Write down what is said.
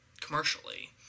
commercially